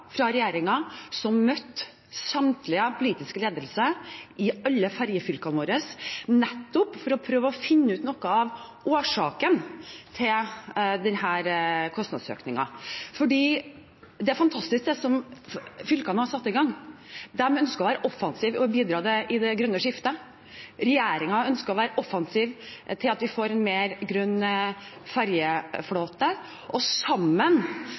møtte samtlige i den politiske ledelsen i alle ferjefylkene våre, nettopp for å prøve å finne ut noe av årsaken til denne kostnadsøkningen. Det er fantastisk, det som fylkene har satt i gang. De ønsker å være offensive og bidra til det grønne skiftet, regjeringen ønsker å være offensiv med hensyn til å få en grønnere ferjeflåte, og sammen